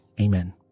Amen